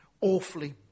awfully